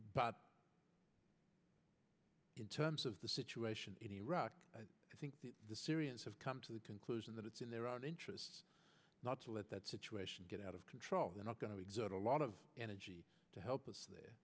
but in terms of the situation in iraq i think the syrians have come to the conclusion that it's in their own interests not to let that situation get out of control they're not going to exert a lot of energy to help us